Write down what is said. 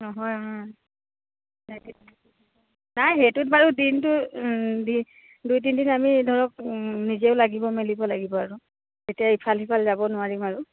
নহয় নাই সেইটোত বাৰু দিনটো দি দুই তিনিদিন আমি ধৰক নিজেও লাগিব মেলিব লাগিব আৰু এতিয়া ইফাল সিফাল যাব নোৱাৰিম আৰু